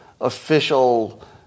official